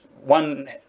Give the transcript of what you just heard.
one